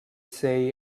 say